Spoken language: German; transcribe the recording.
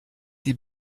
die